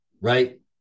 right